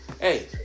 Hey